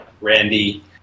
Randy